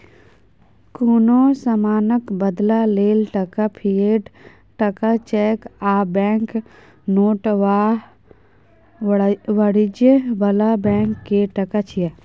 कुनु समानक बदला लेल टका, फिएट टका, चैक आ बैंक नोट आ वाणिज्य बला बैंक के टका छिये